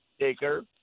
taker